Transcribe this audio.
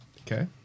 Okay